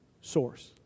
source